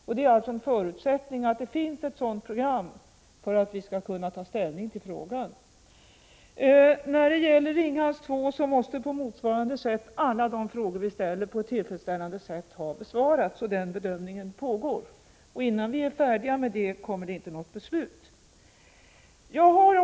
Att det finns ett sådant program är alltså en förutsättning för att vi skall kunna ta ställning till frågan. När det gäller Ringhals 2 måste på motsvarande sätt alla de frågor vi ställer ha besvarats på ett tillfredsställande sätt. Den bedömningen pågår. Innan vi är färdiga med den kommer inte något beslut att fattas.